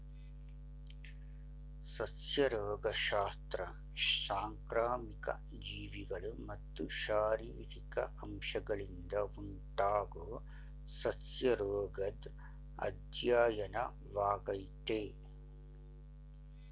ಸಸ್ಯ ರೋಗಶಾಸ್ತ್ರ ಸಾಂಕ್ರಾಮಿಕ ಜೀವಿಗಳು ಮತ್ತು ಶಾರೀರಿಕ ಅಂಶದಿಂದ ಉಂಟಾಗೊ ಸಸ್ಯರೋಗದ್ ಅಧ್ಯಯನವಾಗಯ್ತೆ